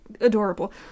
adorable